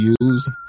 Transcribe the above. use